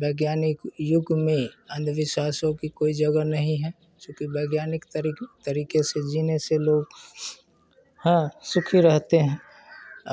वैज्ञानिक युग में अंधविश्वासों की कोई जगह नहीं है चूँकि वैज्ञानिक तरि तरीक़े से जीने से लोग हाँ सुखी रहते हैं